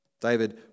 David